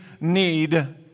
need